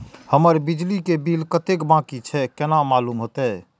हमर बिजली के बिल कतेक बाकी छे केना मालूम होते?